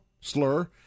slur